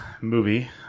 movie